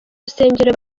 rusengero